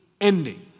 ending